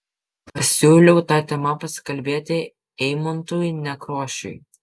pasiūliau ta tema pasikalbėti eimuntui nekrošiui